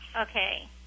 Okay